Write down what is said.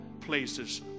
places